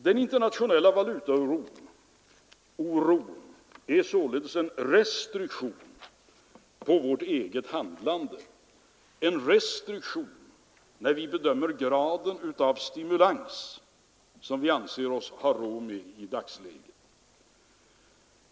Den internationella valutaoron utgör således en restriktion på vårt eget handlande, en restriktion när vi bedömer graden av den stimulans som vi i dagsläget anser oss ha råd med.